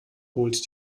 holt